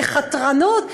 כחתרנות.